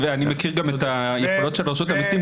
ואני מכיר גם את היכולות של רשות המיסים.